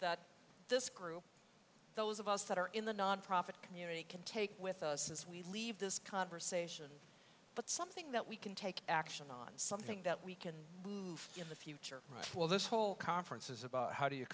that this group those of us that are in the nonprofit community can take with us as we leave this conversation but something that we can take action on something that we can give the future of this whole conference is about how do you